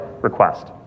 request